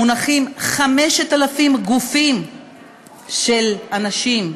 מונחות 5,000 גופות של אנשים,